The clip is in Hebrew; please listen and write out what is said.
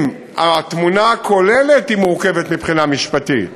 אם התמונה הכוללת היא מורכבת מבחינה משפטית,